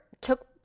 took